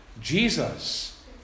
Jesus